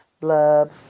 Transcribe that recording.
Blub